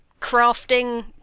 crafting